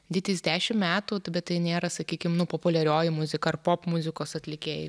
ditys dešim metų bet tai nėra sakykim nu populiarioji muzika ar popmuzikos atlikėjai